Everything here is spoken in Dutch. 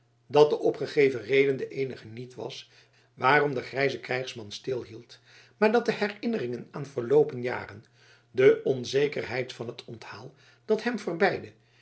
dat de opgegeven reden de eenige niet was waarom de grijze krijgsman stilhield maar dat de herinneringen aan verloopen jaren de onzekerheid van het onthaal dat hem